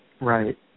Right